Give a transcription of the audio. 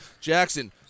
jackson